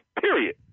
Period